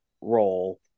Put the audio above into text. role